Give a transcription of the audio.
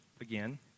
again